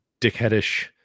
dickheadish